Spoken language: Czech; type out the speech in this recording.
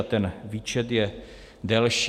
Ten výčet je delší.